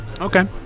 Okay